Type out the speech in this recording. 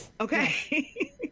Okay